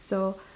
so